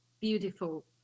beautiful